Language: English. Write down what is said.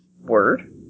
Word